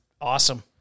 awesome